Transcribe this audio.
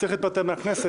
צריך להתפטר מהכנסת.